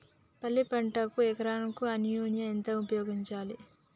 పల్లి పంటకు ఎకరాకు అమోనియా ఎంత ఉపయోగించాలి?